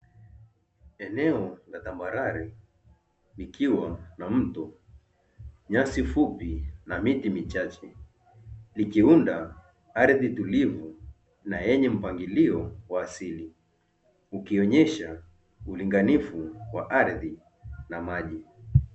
Eneo la tambarare likiwa na mto, nyasi fupi na miti michache likiunda ardhi tulivu na yenye mpangilio wa asili ukionyesha ulinganifu wa ardhi na maji.